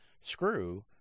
screw